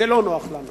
זה לא נוח לנו.